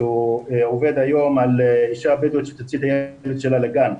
שהוא עובד היום על אישה בדואית שתוציא את הילד שלה לגן.